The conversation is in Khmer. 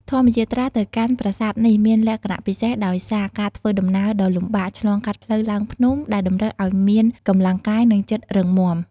ធម្មយាត្រាទៅកាន់ប្រាសាទនេះមានលក្ខណៈពិសេសដោយសារការធ្វើដំណើរដ៏លំបាកឆ្លងកាត់ផ្លូវឡើងភ្នំ ដែលតម្រូវឲ្យមានកម្លាំងកាយ និងចិត្តរឹងមាំ។